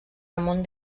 ramon